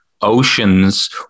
oceans